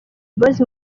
boys